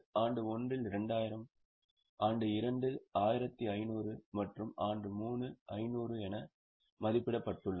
ஆண்டு 1 இல் 2000 ஆண்டு 2 இல் 1500 மற்றும் ஆண்டு 3 இல் 500 என மதிப்பிடப்பட்டுள்ளது